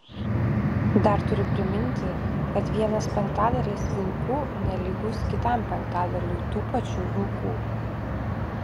dar turiu priminti kad vienas penktadalis vilkų nelygus kitam penktadaliui tų pačių vilkų